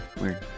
Weird